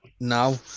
now